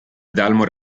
dalmor